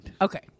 Okay